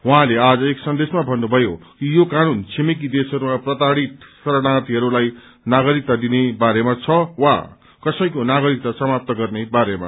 उह्यँति आज एक सन्देशमा भन्नुभयो कि यो कानून छिमेकी देशहरूमा प्रताइित शरणार्थीहरूलाई नागरिकता दिने बारेमा छ वा कसैको नागरिकता समाप्त गर्ने बारेमा